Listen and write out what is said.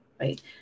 right